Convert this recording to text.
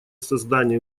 создания